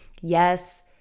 Yes